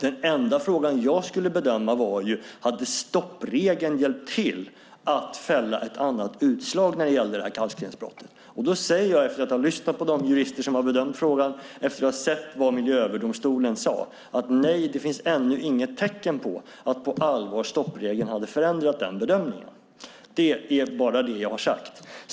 Den enda frågan jag skulle bedöma var om stoppregeln hade hjälpt till med att få ett annat utslag när det gäller det här kalkstensbrottet. Jag säger, efter att ha lyssnat på de jurister som bedömt frågan och efter att ha sett vad Miljööverdomstolen sagt: Nej, det finns ännu inget tecken på att stoppregeln på allvar skulle ha förändrat bedömningen. Det är bara det jag har sagt.